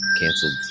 canceled